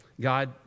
God